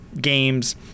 games